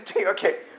Okay